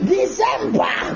December